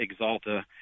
exalta